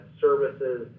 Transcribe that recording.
services